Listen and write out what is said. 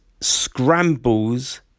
scrambles